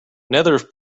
nether